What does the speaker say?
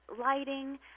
lighting